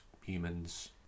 humans